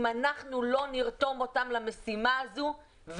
אם אנחנו לא נרתום אותם למשימה הזאת,